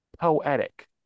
poetic